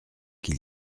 qu’il